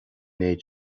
méid